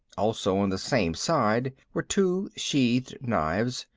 also on the same side were two sheathed knives,